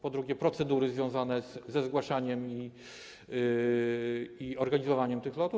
Po drugie, procedury związane ze zgłaszaniem i organizowaniem tych lotów.